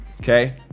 okay